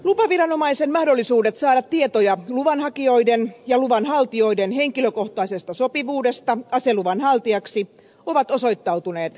lupaviranomaisen mahdollisuudet saada tietoja luvanhakijoiden ja luvanhaltijoiden henkilökohtaisesta sopivuudesta aseluvan haltijaksi ovat osoittautuneet riittämättömiksi